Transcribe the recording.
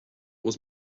was